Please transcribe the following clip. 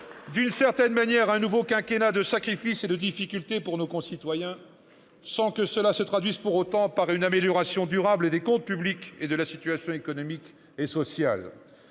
d'une certaine manière, un nouveau quinquennat de sacrifices et de difficultés pour nos concitoyens, sans que cela se traduise pour autant par une amélioration durable des comptes publics et de la situation économique et sociale.